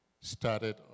started